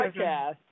podcast